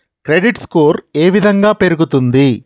Credit score ఏ విధంగా పెరుగుతుంది?